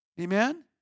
Amen